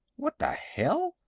what the hell?